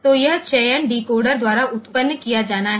तो यह चयन डिकोडर द्वारा उत्पन्न किया जाना है